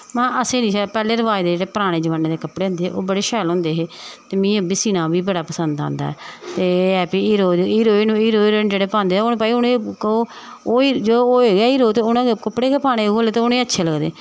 महां असें निं पैह्लें रवाज दे जेह्ड़े पराने जमान्ने दे कपड़े होंदे हे ओह् बड़े शैल होंदे हे ते में ओह् बी सीना बी बड़ा पसंद आंदा ऐ ते एह् ऐ भाई हीरो हीरेइन हीरो हीरेइन जेह्ड़े पांदे ओह् होए गै हीरोे ते उ'नें कपड़े पाने उलै लेह् ते उ'नेंगी अच्छे लगदे